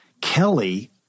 Kelly